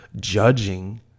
judging